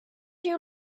you